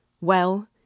Well